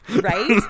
Right